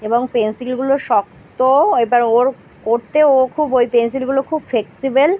এবং পেনসিলগুলো শক্তও এবার ওর করতে ও খুব ওই পেনসিলগুলো খুব ফ্লেক্সিবেল